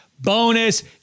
Bonus